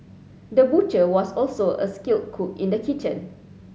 the butcher was also a skilled cook in the kitchen